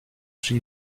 j’y